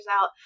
out